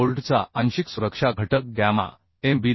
मग बोल्टचा आंशिक सुरक्षा घटक गॅमा एम